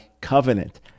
Covenant